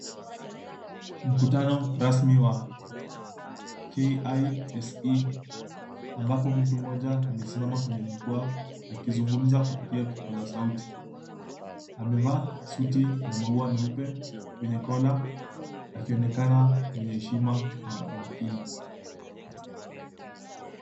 Mkutano rasmi wa KISE ambapo mtu moja amesimama kwenye jukwaa akizungumza kupitia kipaasa sauti. Amevaa suti na maua meupe kwenye collar akionekana mwenye heshima na umakini.